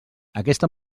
aquesta